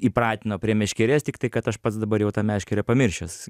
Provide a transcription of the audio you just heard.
įpratino prie meškerės tiktai kad aš pats dabar jau tą meškerę pamiršęs